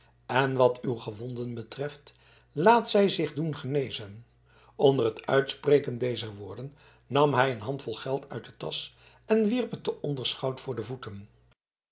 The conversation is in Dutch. en wat uw gewonden betreft laten zij zich doen genezen onder het uitspreken dezer woorden nam hij een handvol geld uit de tasch en wierp het den onderschout voor de voeten